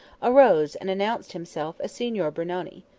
arose and announced himself as signor brunoni.